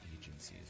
Agencies